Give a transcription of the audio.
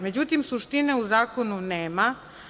Međutim, suštine u zakonu nema.